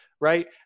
Right